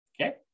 okay